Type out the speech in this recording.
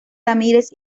ramírez